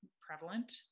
prevalent